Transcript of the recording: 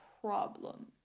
problem